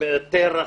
תרח.